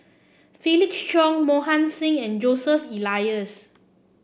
Felix Cheong Mohan Singh and Joseph Elias